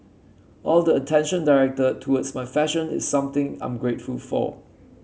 all the attention directed towards my fashion is something I'm grateful for